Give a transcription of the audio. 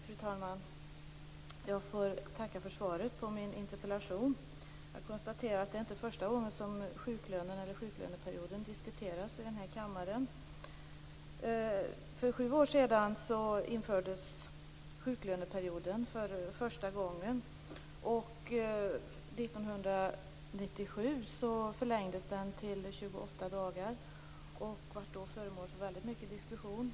Fru talman! Jag får tacka för svaret på min interpellation. Jag konstaterar att det inte är första gången som sjuklönerna och sjuklöneperioden diskuteras i kammaren. För sju år sedan infördes sjuklöneperioden för första gången. År 1997 förlängdes den till 28 dagar, och den blev då föremål för många diskussioner.